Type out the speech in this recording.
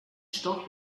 stock